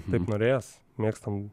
taip norėjos mėgstam